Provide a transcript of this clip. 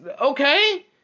okay